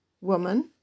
Woman